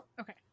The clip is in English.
Okay